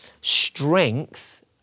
strength